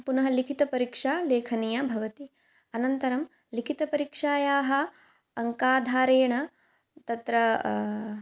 पुनः लिखितपरीक्षा लेखनीया भवति अनन्तरं लिखितपरीक्षायाः अङ्काधारेण तत्र